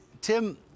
Tim